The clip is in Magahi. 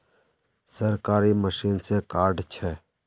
सरकारी मशीन से कार्ड छै?